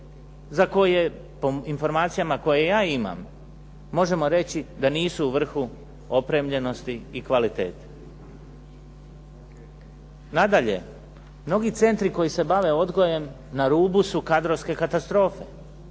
za koje po informacijama koje ja imam, možemo reći da nisu u vrhu opremljenosti i kvalitete. Nadalje, mnogi centri koji se bave odgojem na rubu su kadrovske katastrofe.